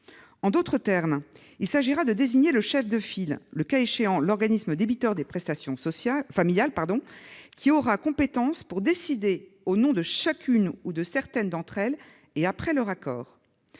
En d'autres termes, il s'agira de désigner un chef de file, le cas échéant l'organisme débiteur des prestations familiales, qui aura compétence pour décider au nom de chacune ou de certaines d'entre elles, et après leur accord.